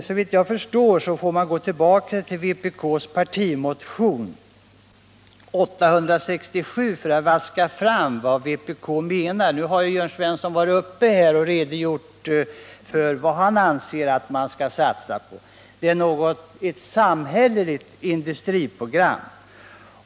Såvitt jag förstår får man gå tillbaka till vpk:s partimotion 1977/ 78:867 för att vaska fram vad vpk menar. Jörn Svensson har redogjort för vad han anser att man skall satsa på, och det är ett samhälleligt industriprogram.